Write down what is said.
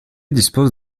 dispose